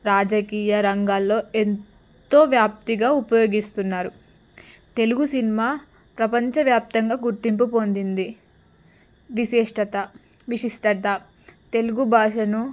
రాజకీయ రంగాల్లో ఎంతో వ్యాప్తిగా ఉపయోగిస్తున్నారు తెలుగు సినిమా ప్రపంచవ్యాప్తంగా గుర్తింపు పొందింది విశిష్టత విశిష్టత తెలుగు భాషను